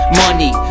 money